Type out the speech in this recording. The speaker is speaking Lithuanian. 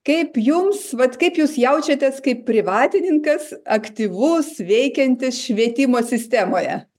kaip jums vat kaip jūs jaučiatės kaip privatininkas aktyvus veikiantis švietimo sistemoje